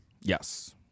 Yes